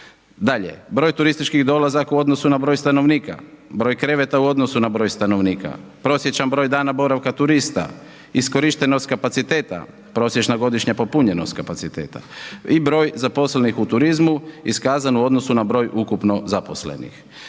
Dalje, broj turističkih dolazaka u odnosu na broj stanovnika, broj kreveta u odnosu na broj stanovnika, prosječan broj dana boravka turista, iskorištenost kapaciteta, prosječna godišnja popunjenost kapaciteta i broj zaposlenih u turizmu iskazan u odnosu na broj ukupno zaposlenih.